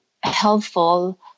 helpful